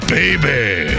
baby